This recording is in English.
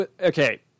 okay